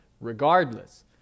regardless